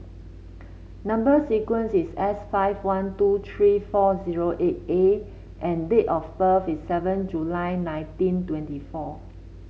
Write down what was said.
number sequence is S five one two three four zero eight A and date of birth is seven July nineteen twenty four